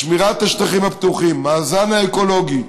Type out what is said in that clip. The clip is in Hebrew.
שמירת השטחים הפתוחים, המאזן האקולוגי,